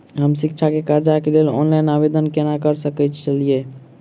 हम शिक्षा केँ कर्जा केँ लेल ऑनलाइन आवेदन केना करऽ सकल छीयै?